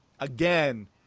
Again